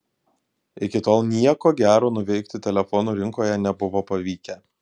iki tol nieko gero nuveikti telefonų rinkoje nebuvo pavykę